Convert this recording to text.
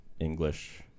English